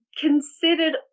considered